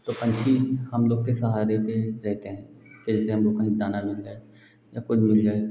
तो पक्षी हम लोगों के सहारे पर ही रहते हैं जैसे हम लोगों को दाना मिलता है और पक्षी जो है